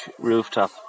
rooftop